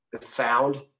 found